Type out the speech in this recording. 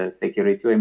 security